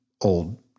old